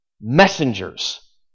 messengers